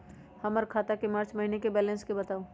हमर खाता के मार्च महीने के बैलेंस के बताऊ?